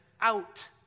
out